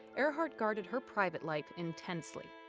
earhart guarded her private life intensely.